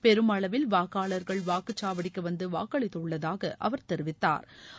பெருமளவில் வாக்காளர்கள் வாக்குச் சாவடிக்கு வந்து வாக்களித்தள்ளதாக அவர் தெரிவித்தாா்